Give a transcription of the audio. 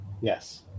Yes